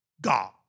God